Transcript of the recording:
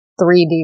3D